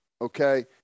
okay